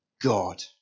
God